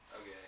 okay